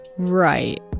Right